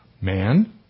Man